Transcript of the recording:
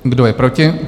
Kdo je proti?